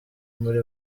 muri